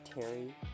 Terry